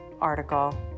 article